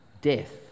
Death